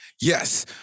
yes